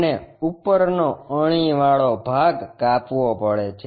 અને ઉપરનો અણી વાળો ભાગ કાપવો પડશે